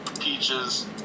peaches